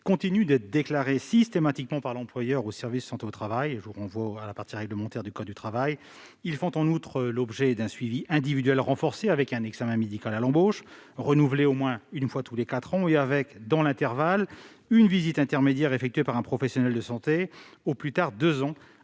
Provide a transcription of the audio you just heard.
continuent d'être déclarés systématiquement par l'employeur au service de santé au travail. Ces travailleurs font également l'objet d'un suivi individuel renforcé, avec un examen médical à l'embauche, renouvelé au moins tous les quatre ans, et avec, dans l'intervalle, une visite intermédiaire effectuée par un professionnel de santé, au plus tard deux ans